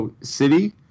city